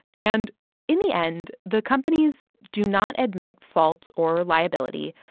and in the end, the companies do not admit fault or liability.